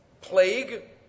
plague